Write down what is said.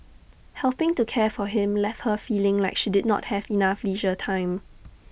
helping to care for him left her feeling like she did not have enough leisure time